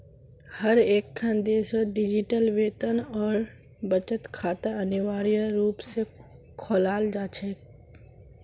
हर एकखन देशत डिजिटल वेतन और बचत खाता अनिवार्य रूप से खोलाल जा छेक